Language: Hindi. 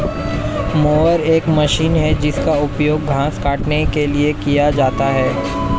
मोवर एक मशीन है जिसका उपयोग घास काटने के लिए किया जाता है